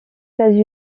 unis